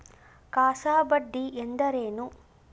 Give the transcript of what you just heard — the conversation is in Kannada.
ಕಾಸಾ ಬಡ್ಡಿ ಎಂದರೇನು?